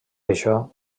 això